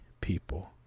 people